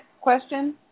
question